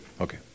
okay